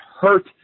hurt